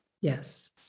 Yes